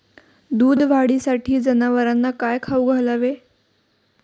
दूध वाढीसाठी जनावरांना काय खाऊ घालावे?